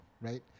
right